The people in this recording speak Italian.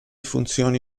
funzioni